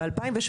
ב-2017,